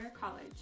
College